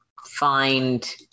find